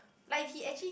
like he actually